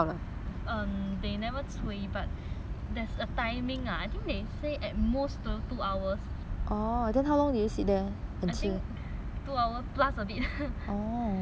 but there's a timing ah I think they say at most two two hours I think two hour plus a bit but at least they never really 催 but